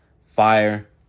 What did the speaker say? fire